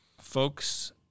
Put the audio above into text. folks